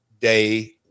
day